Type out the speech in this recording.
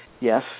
Yes